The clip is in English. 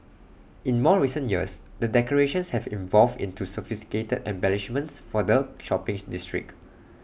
in more recent years the decorations have evolved into sophisticated embellishments for the shopping district